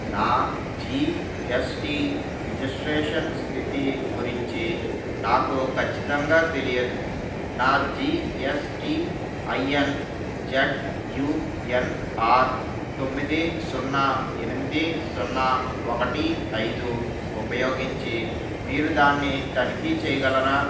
నా జీఎస్టి వ్ రిజస్ట్రేషన్ స్థితి గురించి నాకు ఖచ్చితంగా తెలియదు నా జిఎస్టిఐఎన్ జెడ్యుఎన్ఆర్ తొమ్మిది సున్నా ఎనిమిది సున్నా ఒకటి ఐదు ఉపయోగించి మీరు దాన్ని తనిఖీ చెయ్యగలరా